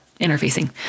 interfacing